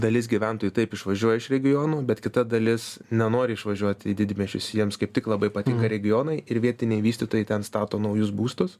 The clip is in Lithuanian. dalis gyventojų taip išvažiuoja iš regionų bet kita dalis nenori išvažiuot į didmiesčius jiems kaip tik labai patinka regionai ir vietiniai vystytojai ten stato naujus būstus